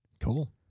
Cool